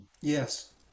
Yes